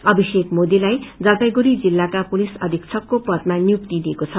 अभिषेा मोदीलाई जलााईगुड़ी जिल्लाका पुलिस अविक्षक पदामा नियुक्ति दिएको छ